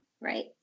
right